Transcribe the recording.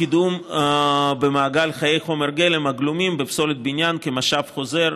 קידום במעגל חיי חומר גלם הגלומים בפסולת בניין כמשאב חוזר,